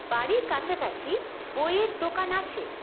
বাড়ির কাছাকাছি বইয়ের দোকান আছে